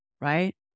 Right